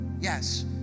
yes